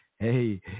Hey